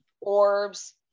orbs